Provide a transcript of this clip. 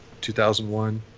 2001